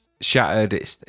shattered